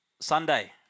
Sunday